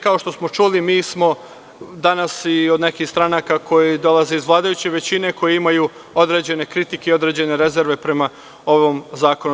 Kao što smo čuli, danas od nekih stranaka koji dolaze iz vladajuće većine, koji imaju određene kritike i određene rezerve prema ovom zakonu.